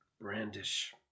Brandish